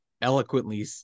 eloquently